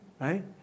Right